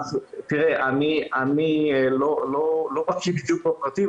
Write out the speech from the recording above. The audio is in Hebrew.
אני לא בקיא בדיוק בפרטים,